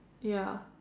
ya